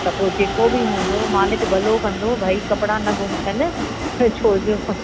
त पोइ जेको बि हूंदो मालिक भलो कंदो भई कपिड़ा न गुमु थियनि छो जो